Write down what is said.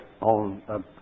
on